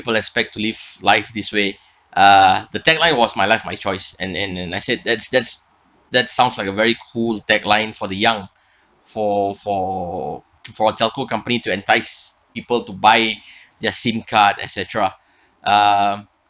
expect to live life this way uh the tagline was my life my choice and and and I said that's that's that sounds like a very cool tagline for the young for for for a telco company to entice people to buy their sim card etcetera uh